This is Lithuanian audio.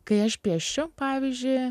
kai aš piešiu pavyzdžiui